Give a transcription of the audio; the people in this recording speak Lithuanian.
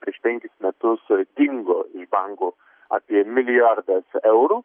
prieš penkis metus dingo iš bankų apie milijardas eurų